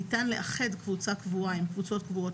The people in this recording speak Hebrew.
ניתן לאחד קבוצה קבועה עם קבוצות קבועות